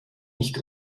nicht